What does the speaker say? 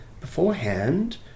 beforehand